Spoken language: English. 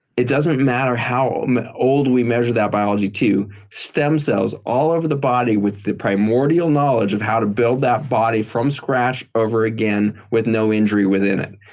it doesn't matter how old we measure that biology, too. stem cells all over the body with the primordial knowledge of how to build that body from scratch over again with no injury within it.